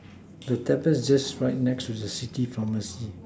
the tablet is just right next to the city pharmacy